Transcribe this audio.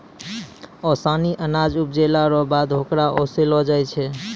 ओसानी अनाज उपजैला रो बाद होकरा ओसैलो जाय छै